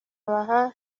abaha